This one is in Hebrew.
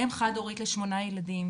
אם חד הורית ל-8 ילדים,